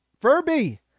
Furby